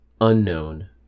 unknown